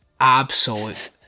Absolute